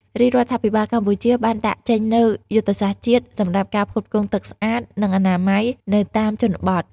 រាជរដ្ឋាភិបាលកម្ពុជាបានដាក់ចេញនូវ យុទ្ធសាស្ត្រជាតិ សម្រាប់ការផ្គត់ផ្គង់ទឹកស្អាត និងអនាម័យនៅតាមជនបទ។